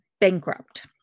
bankrupt